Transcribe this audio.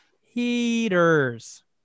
heaters